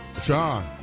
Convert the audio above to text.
Sean